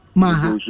maha